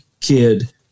kid